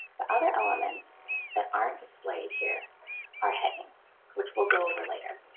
but other elements that aren't displayed here are headings, which we'll go over later.